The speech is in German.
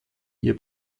ihr